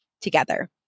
together